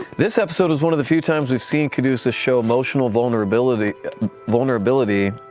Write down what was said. this episode was one of the few times we've seen caduceus show emotional vulnerability vulnerability.